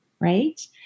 right